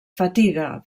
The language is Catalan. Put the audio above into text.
fatiga